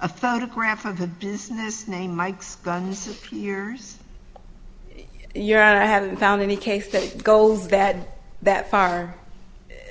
a photograph of a business name mikes disappears you know i haven't found any case that goals that that far